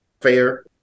fair